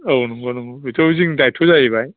औ नंगौ नंगौ बेथ' जोंनि दायत्थ' जाहैबाय